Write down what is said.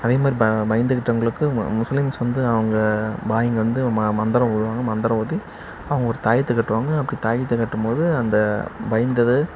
அதே மாதிரி ப பயந்துக்கிட்டவர்களுக்கு ம முஸ்லீம்ஸ் வந்து அவங்க பாய்ங்க வந்து ம மந்திரம் ஓதுவாங்க மந்திரம் ஓதி அவங்க ஒரு தாயத்து கட்டுவாங்க அப்படி தாயத்தை கட்டும் போது அந்த பயந்தது